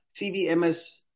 CVMS